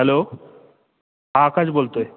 hello हां आकाश बोलतो आहे